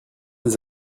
des